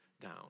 down